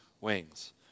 wings